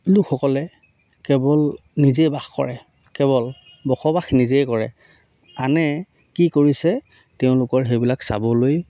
লোকসকলে কেৱল নিজেই বাস কৰে কেৱল বসবাস নিজেই কৰে আনে কি কৰিছে তেওঁলোকৰ সেইবিলাক চাবলৈ